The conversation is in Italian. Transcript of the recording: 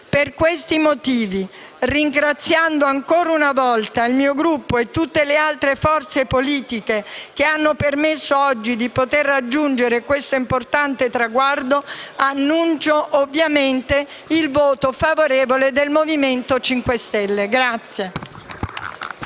Per questi motivi, ringraziando ancora una volta il mio Gruppo e tutte le altre forze politiche che hanno per0messo di poter raggiungere oggi questo importante traguardo, annuncio ovviamente il voto favorevole del Movimento 5 Stelle.